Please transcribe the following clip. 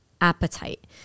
appetite